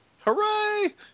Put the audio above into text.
Hooray